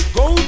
go